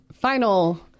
Final